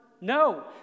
No